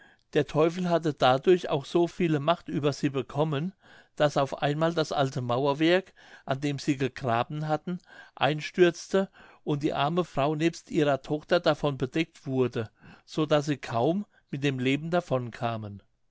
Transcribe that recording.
der teufel hatte dadurch auch so viele macht über sie bekommen daß auf einmal das alte mauerwerk an dem sie gegraben hatten einstürzte und die arme frau nebst ihrer tochter davon bedeckt wurde so daß sie kaum mit dem leben davon kamen